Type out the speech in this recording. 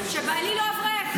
שבעלי לא אברך.